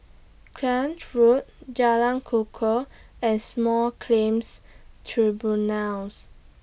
Clacton Road Jalan Kukoh and Small Claims Tribunals